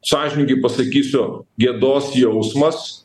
sąžiningai pasakysiu gėdos jausmas